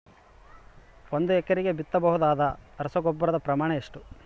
ಒಂದು ಎಕರೆಗೆ ಬಿತ್ತಬಹುದಾದ ರಸಗೊಬ್ಬರದ ಪ್ರಮಾಣ ಎಷ್ಟು?